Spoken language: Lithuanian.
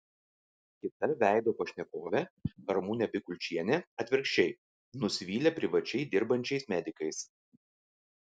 kita veido pašnekovė ramunė bikulčienė atvirkščiai nusivylė privačiai dirbančiais medikais